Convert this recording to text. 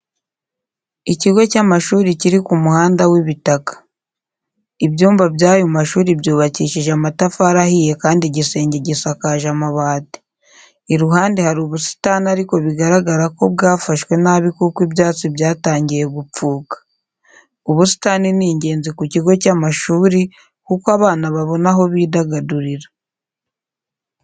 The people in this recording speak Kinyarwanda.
Ikigo cy'amashuri kiri ku muhanda w'ibitaka. Ibyumba by'ayo mashuri byubakishije amatafari ahiye kandi igisenge gisakaje amabati. Iruhande hari ubusitani ariko bigaragara ko bwafashwe nabi kuko ibyatsi byatangiye gupfuka. Ubusitani ni ingenzi ku kigo cy'amashuri kuko abana babona aho bidagadurira.